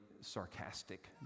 sarcastic